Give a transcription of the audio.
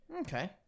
Okay